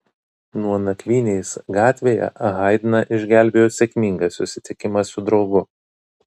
nuo nakvynės gatvėje haidną išgelbėjo sėkmingas susitikimas su draugu